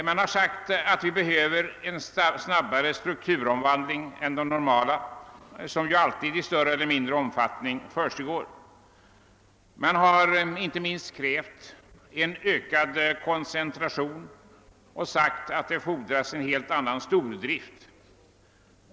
Man har framhållit att det behövs en snabbare strukturomvandling än den som hela tiden försiggår i större eller mindre omfattning. Inte minst har man krävt ökad koncentration och sagt att det fordras en helt annan stordrift.